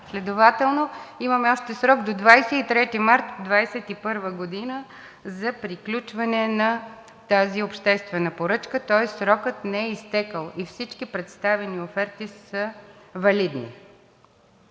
Следователно имаме още срок до 23 март 2021 г. за приключване на тази обществена поръчка, тоест срокът не е изтекъл и всички представени оферти са валидни.